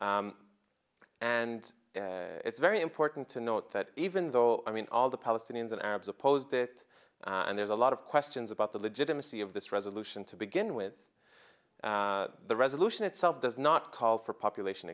and it's very important to note that even though i mean all the palestinians and arabs opposed it and there's a lot of questions about the legitimacy of this resolution to begin with the resolution itself does not call for population